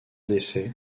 décès